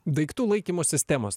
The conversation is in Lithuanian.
daiktų laikymo sistemos